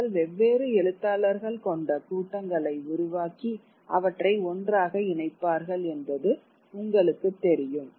மக்கள் வெவ்வேறு எழுத்தாளர்கள் கொண்ட கூட்டங்களை உருவாக்கி அவற்றை ஒன்றாக இணைப்பார்கள் என்பது உங்களுக்குத் தெரியும்